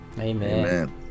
Amen